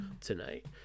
tonight